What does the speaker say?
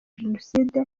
jenoside